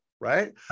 right